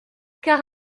car